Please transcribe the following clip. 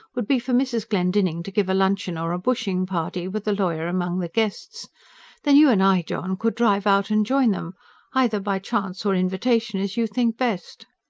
would be for mrs glendinning to give a luncheon or a bushing-party, with the lawyer among the guests then you and i, john, could drive out and join them either by chance or invitation, as you think best.